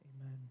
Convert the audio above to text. Amen